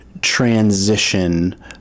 transition